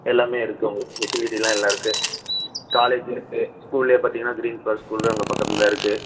எல்லாமே இருக்குது உங்களுக்கு ஃபெசிலிட்டிலாம் எல்லாம் இருக்குது காலேஜு இருக்குது ஸ்கூலே பார்த்தீங்கன்னா க்ரீன் பார்க் ஸ்கூல் அங்கே பக்கத்தில் தான் இருக்குது